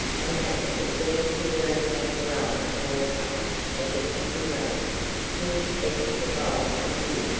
and that as soon as he learned how to run an auto as it should be run he expected to buy a good,